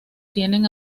tienen